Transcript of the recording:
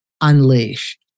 unleash